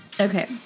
Okay